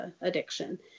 addiction